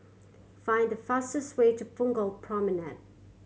find the fastest way to Punggol Promenade